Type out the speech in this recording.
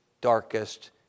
darkest